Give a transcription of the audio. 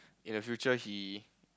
in the future he